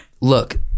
look